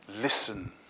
Listen